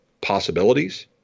possibilities